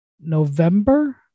November